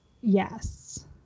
yes